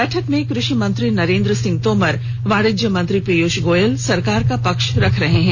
बैठक में कृषि मंत्री नरेन्द्र सिंह तोमर वाणिज्य मंत्री पीयूष गोयल सरकार का पक्ष रख रहे हैं